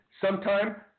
sometime